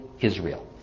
Israel